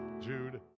Jude